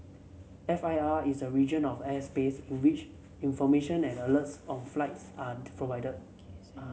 F I R is a region of airspace in which information and alerts on flights are